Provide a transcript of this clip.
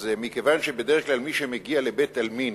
מכיוון שבדרך כלל מי שמגיע לבית-העלמין